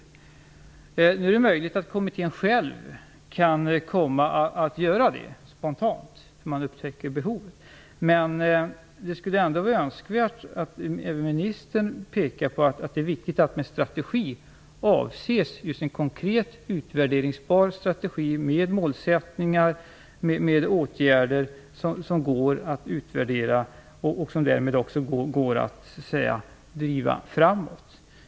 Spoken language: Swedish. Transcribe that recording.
Det är möjligt att kommittén spontant kan åstadkomma en sådan, när den upptäcker behoven, men det skulle ändå vara önskvärt att även ministern pekade på att det är viktigt att man har en konkret, utvärderingsbar strategi med målsättningar och åtgärder som kan utvärderas och därmed också kan drivas framåt.